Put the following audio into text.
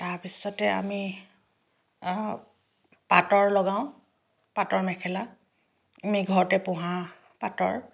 তাৰ পিছতে আমি পাটৰ লগাওঁ পাটৰ মেখেলা আমি ঘৰতে পোহা পাটৰ